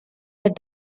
that